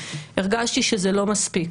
הרגשתי שזה לא מספיק